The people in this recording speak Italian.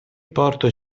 porto